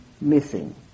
missing